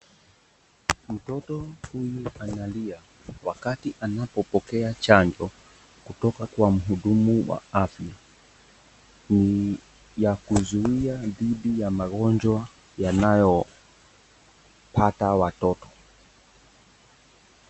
Mtoto huyu analia wakati anapopokea chanjo kutoka kwa mhudumu wa afya, ya kuuza dhidi ya magonjwa yanayopata watoto.